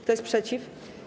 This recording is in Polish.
Kto jest przeciw?